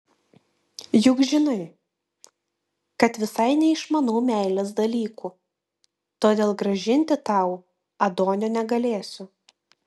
juk žinai kad visai neišmanau meilės dalykų todėl grąžinti tau adonio negalėsiu